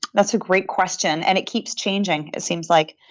that's a great question, and it keeps changing it seems like,